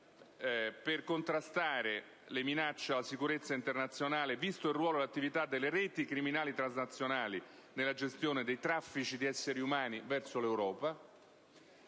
per contrastare le minacce alla sicurezza internazionale, visti il ruolo e l'attività delle reti criminali transnazionali nella gestione di traffici di esseri umani verso l'Europa,